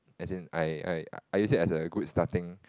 as in I I I use it as a good starting